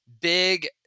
big